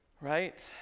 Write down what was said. Right